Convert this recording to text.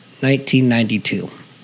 1992